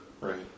Right